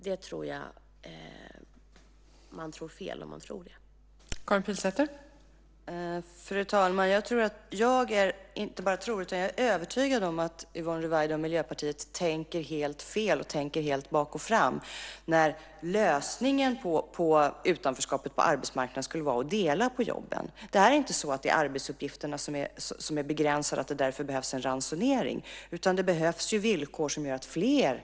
Jag tror att man har fel om man tror det.